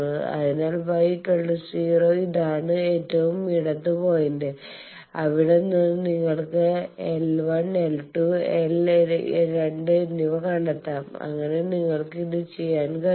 അതിനാൽ Y0 ഇതാണ് ഏറ്റവും ഇടത് പോയിന്റ് അവിടെ നിന്ന് നിങ്ങൾക്ക് l1 l2 l രണ്ട് എന്നിവ കണ്ടെത്താം അങ്ങനെ നിങ്ങൾക്ക് ഇത് ചെയ്യാൻ കഴിയും